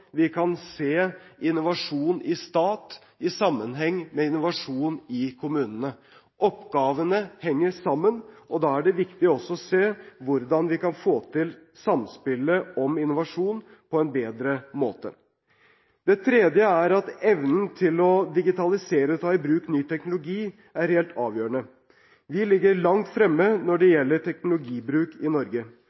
vi kan se innovasjon i stat i sammenheng med innovasjon i kommunene. Oppgavene henger sammen, og da er det viktig også å se hvordan vi kan få til samspillet om innovasjon på en bedre måte. Det tredje er at evnen til å digitalisere og ta i bruk ny teknologi er helt avgjørende. Vi ligger langt fremme når det gjelder teknologibruk i Norge.